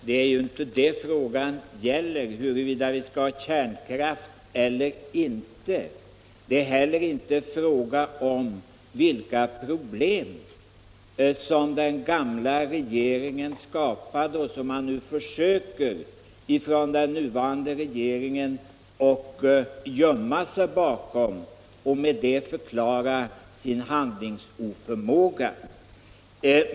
Herr talman! Frågan gäller inte huruvida vi skall ha kärnkraft eller inte. Det är heller inte fråga om vilka problem den gamla regeringen skapade och som den nuvarande regeringen nu försöker gömma sig bakom för att förklara sin handlingsoförmåga.